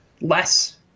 less